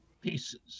pieces